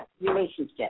relationship